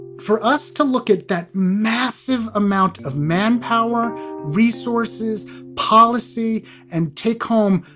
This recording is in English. for us to look at that massive amount of manpower resources policy and take home.